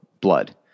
blood